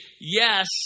yes